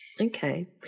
Okay